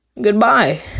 goodbye